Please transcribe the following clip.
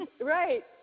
right